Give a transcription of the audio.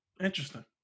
Interesting